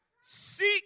Seek